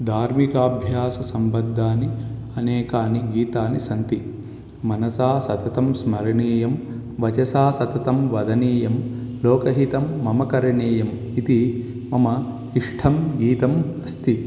धार्मिकाभ्याससम्बद्धानि अनेकानि गीतानि सन्ति मनसा सततं स्मरणीयं वचसा सततं वदनीयं लोकहितं मम करणीयम् इति मम इष्टं गीतम् अस्ति